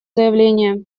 заявление